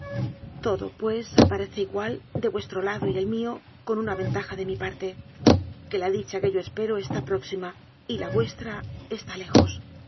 todo pues aparece igual de vuestro lado y el mío con una ventaja de mi par te que la dicha que yo espero está próxima y la vuestra está lejos